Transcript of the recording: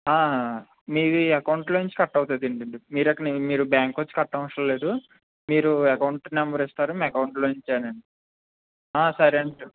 మీది అకౌంట్లో నుంచి కట్ అవుతుంది అండి మీరు అక్క మీరు బ్యాంక్కి వచ్చి కట్టనవసరం లేదు మీరు అకౌంట్ నెంబర్ ఇస్తారు మీ అకౌంట్లో నుంచే అండి సరే అండి చెప్